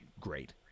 great